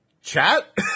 Chat